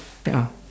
ya